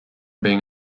being